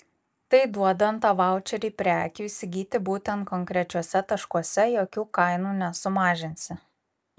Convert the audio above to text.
tai duodant tą vaučerį prekių įsigyti būtent konkrečiuose taškuose jokių kainų nesumažinsi